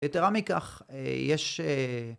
יתרה מכך יש